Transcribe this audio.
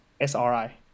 SRI